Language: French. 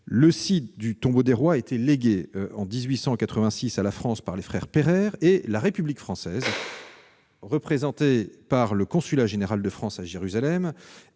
Le site du Tombeau des rois a été légué en 1886 à la France par les frères Pereire. La République française, représentée par le consulat général de France à Jérusalem,